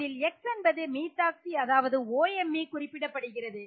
இதில் X என்பது Methoxy அதாவது OMeஐ குறிப்பிடப்படுகிறது